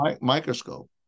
microscope